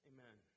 Amen